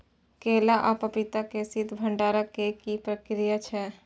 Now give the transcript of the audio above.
केला आ पपीता के शीत भंडारण के की प्रक्रिया छै?